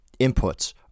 inputs